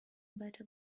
better